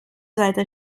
seite